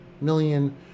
million